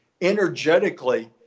energetically